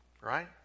right